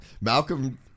Malcolm